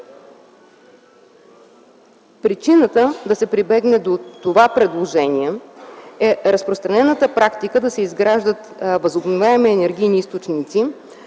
Причината да се прибегне до това предложение е разпространената практика да се изграждат възобновяеми енергийни източници